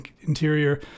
interior